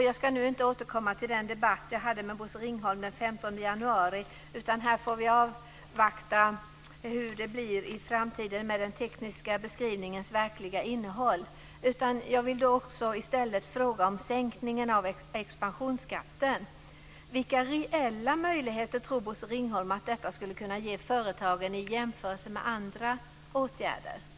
Jag ska inte nu återkomma till den debatt jag hade med Bosse Ringholm den 15 januari. Här får vi avvakta hur det blir i framtiden med den tekniska beskrivningens verkliga innehåll. Jag vill i stället fråga om sänkningen av expansionsskatten. Vilka reella möjligheter tror Bosse Ringholm att detta skulle kunna ge företagen i jämförelse med andra åtgärder?